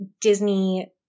Disney